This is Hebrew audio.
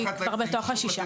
היא כבר בתוך השישה.